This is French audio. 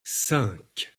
cinq